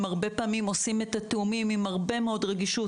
הם הרבה פעמים עושים את התיאומים עם הרבה מאוד רגישות